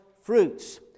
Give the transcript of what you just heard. Fruits